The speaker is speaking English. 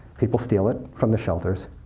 people steal it from the shelters.